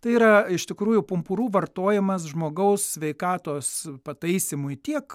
tai yra iš tikrųjų pumpurų vartojimas žmogaus sveikatos pataisymui tiek